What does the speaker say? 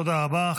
תודה רבה.